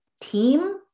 team